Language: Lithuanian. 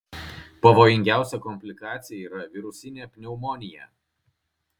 pavojingiausia komplikacija yra virusinė pneumonija